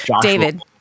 David